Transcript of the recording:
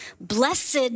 Blessed